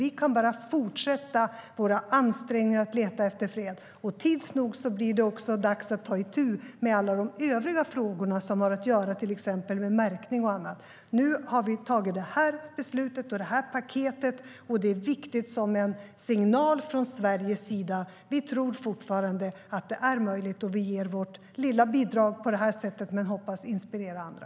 Vi kan bara fortsätta våra ansträngningar att leta efter fred. Tids nog blir det dags att ta itu med alla de övriga frågorna som har att göra med till exempel märkning och annat. Nu har vi fattat det här beslutet och tagit det här paketet. Det är viktigt som en signal från Sveriges sida. Vi tror fortfarande att det är möjligt. Vi ger på det sättet vårt lilla bidrag och hoppas att inspirera andra.